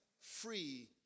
free